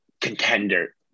contender